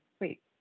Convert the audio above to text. wait